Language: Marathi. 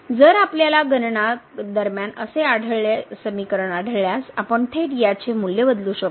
जर आपल्याला गणनादरम्यान असे समीकरण आढळल्यास आपण थेट याचे मूल्य बदलू शकतो